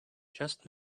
just